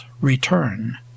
return